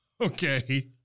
Okay